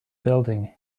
building